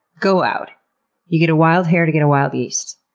go out you get a wild hair to get a wild yeast,